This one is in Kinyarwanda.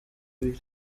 ibiri